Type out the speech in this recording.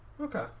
okay